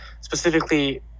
specifically